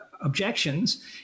objections